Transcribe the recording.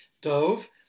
dove